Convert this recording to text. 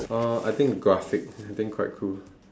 uh I think graphic I think quite cool